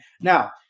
Now